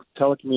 telecommunications